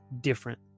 Different